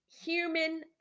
human